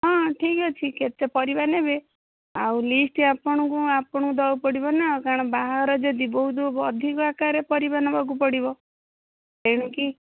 ହଁ ଠିକ୍ ଅଛି କେତେ ପରିବା ନେବେ ଆଉ ଲିଷ୍ଟ ଆପଣଙ୍କୁ ଆପଣଙ୍କୁ ଦେବାକୁ ପଡ଼ିବ ନା କାରଣ ବାହାଘର ଯଦି ବହୁତ ଅଧିକା ଆକାରରେ ପରିବା ନେବାକୁ ପଡ଼ିବ ତେଣୁ କି